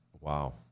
Wow